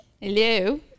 Hello